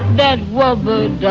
that will booed.